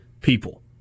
people